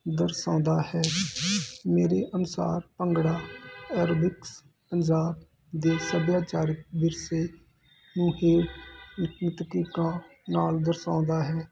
ਦਰਸਾਉਂਦਾ ਹੈ ਮੇਰੇ ਅਨੁਸਾਰ ਭੰਗੜਾ ਐਰੋਬਿਕਸ ਪੰਜਾਬ ਦੇ ਸੱਭਿਆਚਾਰਕ ਵਿਰਸੇ ਨੂੰ ਨਾਲ ਦਰਸਾਉਂਦਾ ਹੈ